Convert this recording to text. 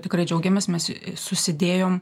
tikrai džiaugiamės mes susidėjom